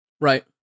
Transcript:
right